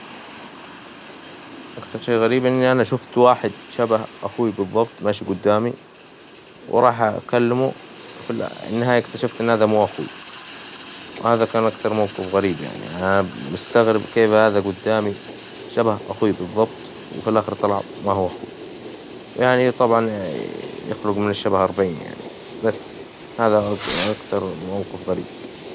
أكثر شي غريب إني أنا شفت واحد شبه أخوي بالظبط ماشي قدامي، وراح أكلمه في النهاية اكتشفت إن هذا مو أخوي، وإذا كان أكثر موقف غريب أنا مستغرب كيفه هذا قدامي شبه أخوي بالظبط! وفي الآخر طلع ما هو أخوي، ويخلق من الشبه أربعين، بس هذا أكثر موقف غريب.